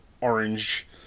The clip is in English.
orange